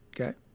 okay